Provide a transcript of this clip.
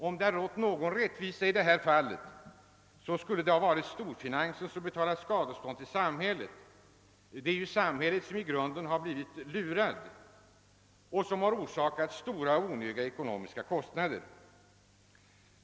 Om det hade varit någon rättvisa skulle givetvis storfinansen ha fått betala skadestånd till samhället. Det är ju samhället som i grunden har blivit lurat och orsakats stora onödiga kostnader.